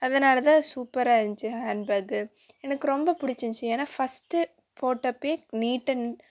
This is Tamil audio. அதுனால் தான் சூப்பராக இருந்திச்சு ஹேண்ட் பேகு எனக்கு ரொம்ப பிடிச்சிருந்துச்சி ஏனால் ஃபஸ்ட்டு போட்டப்பே நீட் அண்ட்